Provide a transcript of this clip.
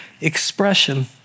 expression